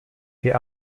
der